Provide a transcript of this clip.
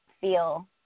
feel